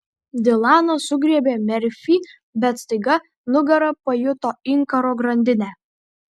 dilanas sugriebė merfį bet staiga nugara pajuto inkaro grandinę